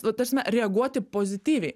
nu ta prasme reaguoti pozityviai